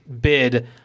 bid